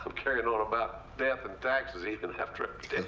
carrying on about death and taxes even after i'm